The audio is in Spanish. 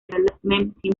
development